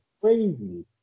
crazy